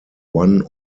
one